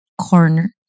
Corner